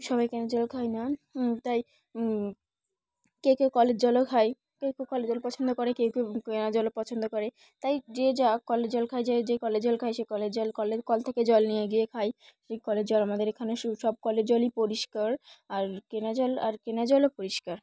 সবাই কেনা জল খায় না তাই কেউ কেউ কলের জলও খায় কেউ কেউ কলের জল পছন্দ করে কেউ কেউ কেনা জলও পছন্দ করে তাই যে যা কলের জল খায় যে যে কলের জল খায় সে কলের জল কলের কল থেকে জল নিয়ে গিয়ে খায় সেই কলের জল আমাদের এখানে স সব কলের জলই পরিষ্কার আর কেনা জল আর কেনা জলও পরিষ্কার